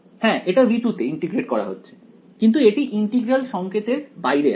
হ্যাঁ এটা V2 তে ইন্টিগ্রেট করা হচ্ছে কিন্তু এটি ইন্টিগ্রাল সংকেতের বাইরে আছে